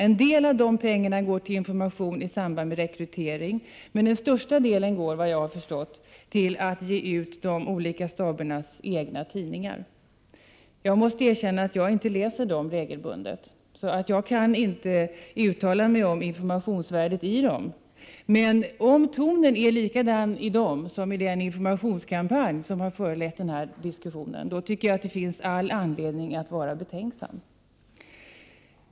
En del av de pengarna går till information i samband med rekrytering, men den största delen går, såvitt jag har förstått, till att ge ut de olika stabernas egna tidningar. Jag måste erkänna att jag inte läser dem regelbundet, så jag kan inte uttala mig om informationsvärdet i dem, men om tonen är likadan i dessa tidningar som i den informationskampanj som har föranlett den här diskussionen, tycker jag att det finns all anledning att vara betänksam.